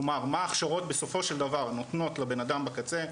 כלומר מה ההכשרות בסופו של דבר נותנות לבנאדם בקצה,